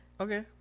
Okay